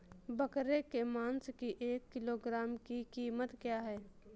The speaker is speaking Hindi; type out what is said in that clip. बकरे के मांस की एक किलोग्राम की कीमत क्या है?